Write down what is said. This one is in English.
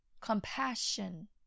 compassion